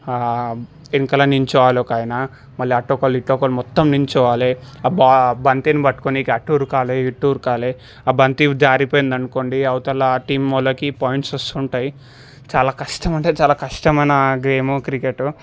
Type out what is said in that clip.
వెనకాల నిలుచోవాలి ఒకాయనా మళ్ళీ అటొకరు ఇటొకరు మొత్తం నిలుచోవాలి బా బంతి బట్టుకొని ఇక అటు ఉరకాలి ఇటు ఉరకాలి బంతి జారిపోయింది అనుకోండి అవతలా టీం వాళ్ళకి పాయింట్స్ వస్తుంటాయి చాలా కష్టమంటే చాలా కష్టమయినా గేము క్రికెటు